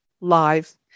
live